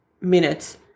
minutes